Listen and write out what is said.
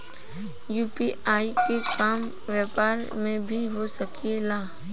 UPI के काम व्यापार में भी हो सके ला?